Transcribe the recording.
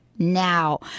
Now